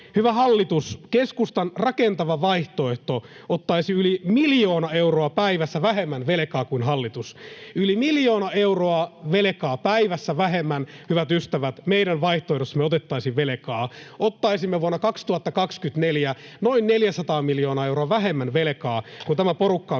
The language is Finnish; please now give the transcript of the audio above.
Hyvä hallitus! Keskustan rakentava vaihtoehto ottaisi yli miljoona euroa päivässä vähemmän velkaa kuin hallitus — yli miljoona euroa velkaa päivässä vähemmän, hyvät ystävät, meidän vaihtoehdossamme otettaisiin. Ottaisimme vuonna 2024 noin 400 miljoonaa euroa vähemmän velkaa kuin tämä porukka